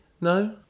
no